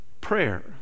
prayer